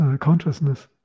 consciousness